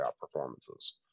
performances